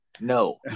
no